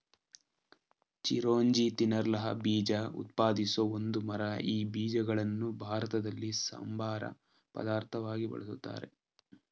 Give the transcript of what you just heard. ಚಿರೋಂಜಿ ತಿನ್ನಲರ್ಹ ಬೀಜ ಉತ್ಪಾದಿಸೋ ಒಂದು ಮರ ಈ ಬೀಜಗಳನ್ನು ಭಾರತದಲ್ಲಿ ಸಂಬಾರ ಪದಾರ್ಥವಾಗಿ ಬಳುಸ್ತಾರೆ